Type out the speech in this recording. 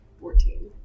Fourteen